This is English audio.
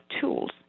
tools